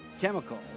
Chemical